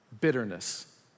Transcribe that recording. Bitterness